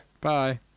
Bye